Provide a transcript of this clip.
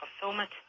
fulfillment